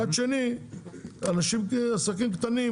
מצד אחר עסקים קטנים,